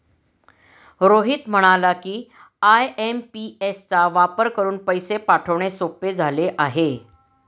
रोहित म्हणाला की, आय.एम.पी.एस चा वापर करून पैसे पाठवणे सोपे झाले आहे